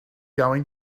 going